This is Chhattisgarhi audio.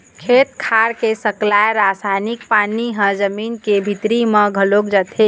खेत खार के सकलाय रसायनिक पानी ह जमीन के भीतरी म घलोक जाथे